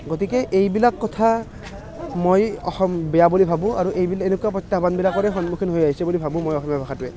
গতিকে এইবিলাক কথা মই অসম বেয়া বুলি ভাবোঁ আৰু এইবিলাক এনেকুৱা প্ৰত্যাহ্বানবিলাকৰে সন্মুখীন হৈ আহিছে বুলি ভাবোঁ মই অসমীয়া ভাষাটোৱে